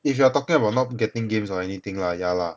if you are talking about not getting games or anything right yeah lah